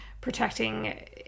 protecting